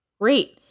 Great